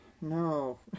No